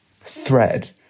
thread